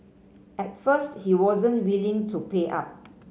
at first he wasn't willing to pay up